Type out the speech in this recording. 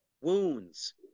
Wounds